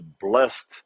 Blessed